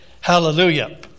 Hallelujah